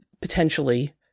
potentially